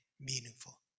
meaningful